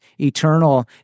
eternal